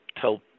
tell